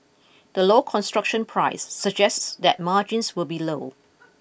the low construction price suggests that margins will be low